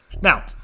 Now